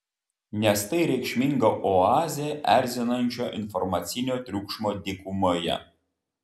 nes tai reikšminga oazė erzinančio informacinio triukšmo dykumoje